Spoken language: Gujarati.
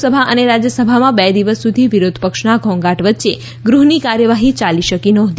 લોકસભા અને રાજ્યસભામાં બે દિવસ સુધી વિરોધપક્ષના ઘોંઘાટ વચ્ચે ગૃહની કાર્યવાહી યાલી શકી નહોતી